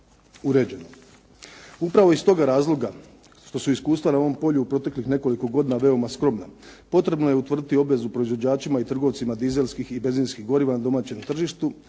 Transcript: Upravo iz toga razloga što su iskustva na ovom polju u proteklih nekoliko godina veoma skromna potrebno je utvrditi obvezu proizvođačima i trgovcima dizelskih i benzinskih goriva na domaćem tržištu,